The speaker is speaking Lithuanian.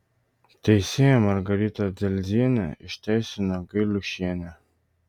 teisėja margarita dzelzienė išteisino gailiušienę